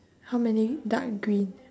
how many dark green